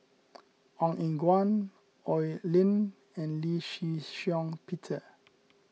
Ong Eng Guan Oi Lin and Lee Shih Shiong Peter